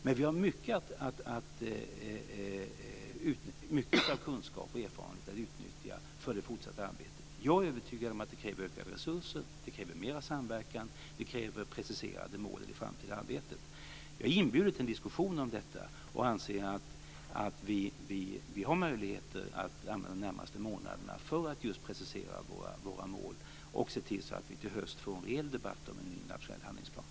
Men vi har mycket att av kunskaper och erfarenheter att utnyttja för det fortsatta arbetet. Jag är övertygad om att det kräver ökade resurser, mer samverkan och preciserade mål i det framtida arbetet. Jag inbjuder till en diskussion om detta, och anser att vi har möjligheter att använda de närmaste månaderna för att just precisera våra mål och se till så att vi till hösten får en reell debatt om en ny nationell handlingsplan.